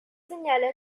señala